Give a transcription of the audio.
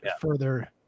further